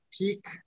peak